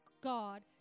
God